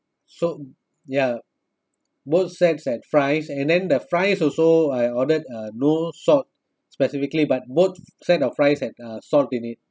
so ya both set has fries and then the fries also I ordered uh no salt specifically but both set of fries has uh salt in it